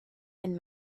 and